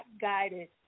guided